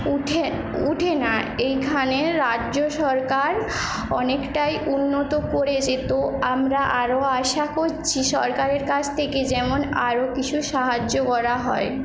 উঠে উঠে না এইখানের রাজ্য সরকার অনেকটাই উন্নত করেছে তো আমরা আরও আশা করছি সরকারের কাছ থেকে যেমন আরও কিছু সাহায্য করা হয়